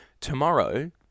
Tomorrow